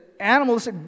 animals